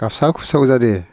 गाबस्राव खुबस्राव जादो